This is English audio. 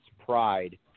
pride